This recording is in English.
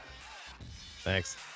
Thanks